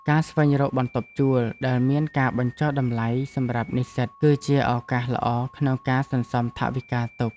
ការស្វែងរកបន្ទប់ជួលដែលមានការបញ្ចុះតម្លៃសម្រាប់និស្សិតគឺជាឱកាសល្អក្នុងការសន្សំថវិកាទុក។